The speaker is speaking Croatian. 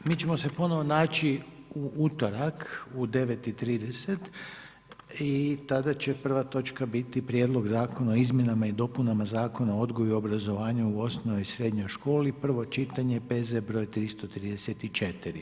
Mi ćemo se ponovno naći u utorak u 9,30 sati i tada će prva točka biti Prijedlog zakona o izmjenama i dopunama Zakona o odgoju i obrazovanju u osnovnoj i srednjoj školi, prvo čitanje, P.Z. broj 334.